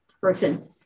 person